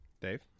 dave